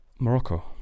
Morocco